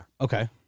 Okay